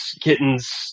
kittens